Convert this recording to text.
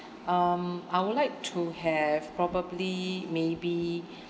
um I would like to have probably maybe